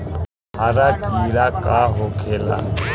हरा कीड़ा का होखे ला?